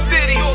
City